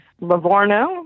Livorno